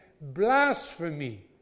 blasphemy